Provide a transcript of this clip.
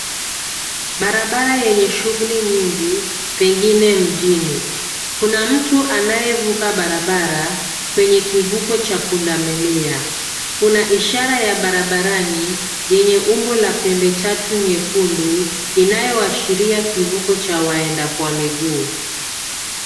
Barabara yenye shughuli nyingi pengine mjini. Kuna mtu anayevuka barabara kwenye kivuko cha pundamilia. Kuna ishara ya barabarani yenye umbo la pembe tatu nyekundu inayoashiria kivuko cha waenda kwa miguu.